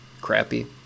crappy